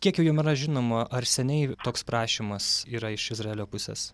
kiek jau jum yra žinoma ar seniai toks prašymas yra iš izraelio pusės